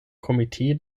komitee